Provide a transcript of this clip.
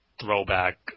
throwback